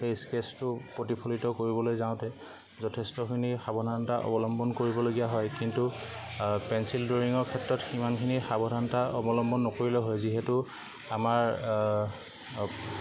সেই স্কেচটো প্ৰতিফলিত কৰিবলৈ যাওঁতে যথেষ্টখিনি সাৱধানতা অৱলম্বন কৰিবলগীয়া হয় কিন্তু পেঞ্চিল ড্ৰয়িঙৰ ক্ষেত্ৰত সিমানখিনি সাৱধানতা অৱলম্বন নকৰিলেও হয় যিহেতু আমাৰ